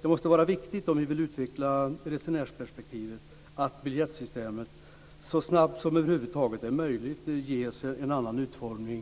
Det måste vara viktigt, om vi vill utveckla resenärsperspektivet, att biljettsystemet så snabbt som det över huvud taget är möjligt ges en annan utformning.